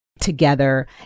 together